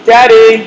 Daddy